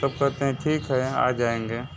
तब कहते हैं ठीक है आ जाएंगे